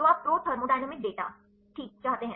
तो आप प्रो थर्मोडायनामिक डेटा ठीक चाहते हैं